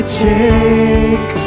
take